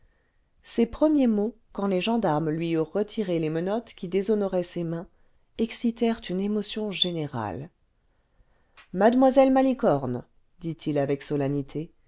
ses premiers mots quand les gendarmes lui eurent retiré les menottes qui déshonoraient ses mains excitèrent une émotion générale mademoiselle malicorne dit-il avec solennité